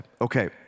Okay